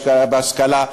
בהשקעה בהשכלה.